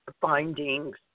Findings